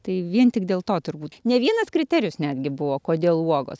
tai vien tik dėl to turbūt ne vienas kriterijus netgi buvo kodėl uogos